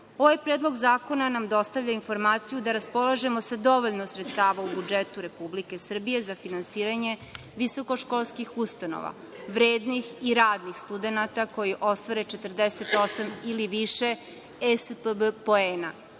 predlog zakona nam dostavlja informaciju da raspolažemo sa dovoljno sredstava u budžetu Republike Srbije za finansiranje visokoškolskih ustanova, vrednih i radnih studenata koji ostvare 48 ili više ESPB poena.